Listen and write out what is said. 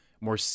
More